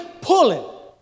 pulling